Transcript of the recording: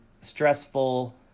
stressful